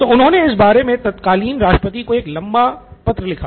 तो उन्होने इस बारे मे तत्कालीन राष्ट्रपति को एक बड़ा लंबा पत्र लिखा